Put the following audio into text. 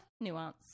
nuance